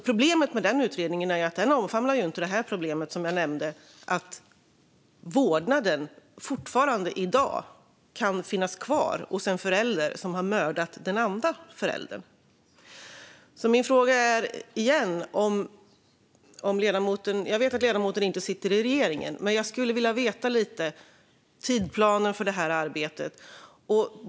Problemet med den utredningen är att den inte omfattar problemet som jag nämnde - att vårdnaden fortfarande i dag kan finnas kvar hos en förälder som har mördat den andra föräldern. Jag vet att ledamoten inte sitter i regeringen, men jag skulle vilja veta lite om tidsplanen för det här arbetet.